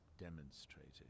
Demonstrating